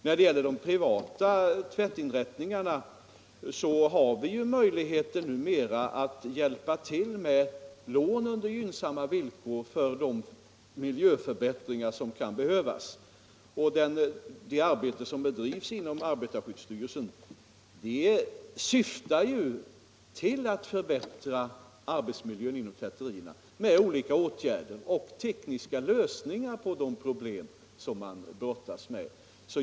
När det gäller de privata tvättinrättningarna har vi numera möjlighet att hjälpa till med lån på gynnsamma villkor för de miljöförbättringar som kan behövas. Det arbete som bedrivs inom arbetarskyddsstyrelsen syftar ju till att förbättra arbetsmiljön inom tvätterierna med olika åtgärder och tekniska lösningar på de problem som man brottas med.